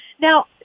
Now